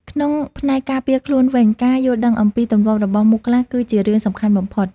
ក្នុងផ្នែកការពារខ្លួនវិញ ការយល់ដឹងអំពីទម្លាប់របស់មូសខ្លាគឺជារឿងសំខាន់បំផុត។